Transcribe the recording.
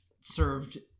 served